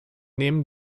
nehmen